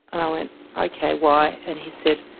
and i went ok, why? and he said,